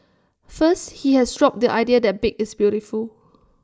first he has dropped the idea that big is beautiful